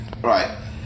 right